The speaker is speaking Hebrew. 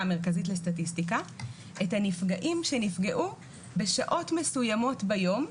המרכזית לסטטיסטיקה את הנפגעים שנפגעו בשעות מסוימות ביום,